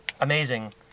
amazing